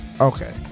okay